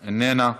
איננה,